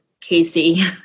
Casey